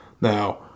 Now